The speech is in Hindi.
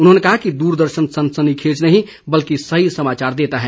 उन्होंने कहा कि दूरदर्शन सनसनीखेज नहीं बल्कि सही समाचार देता है